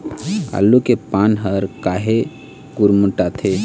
आलू के पान हर काहे गुरमुटाथे?